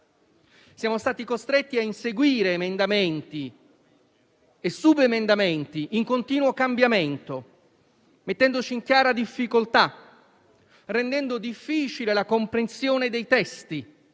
siamo stati costretti a inseguire emendamenti e subemendamenti in continuo cambiamento, mettendoci in chiara difficoltà, rendendo difficile la comprensione dei testi.